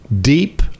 Deep